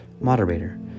Moderator